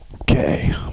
Okay